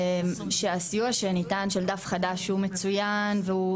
שהסיוע שניתן של "דף חדש" שהוא מצוין והוא